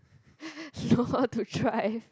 know how to drive